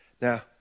Now